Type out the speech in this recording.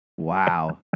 Wow